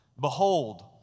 Behold